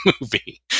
movie